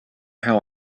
how